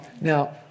now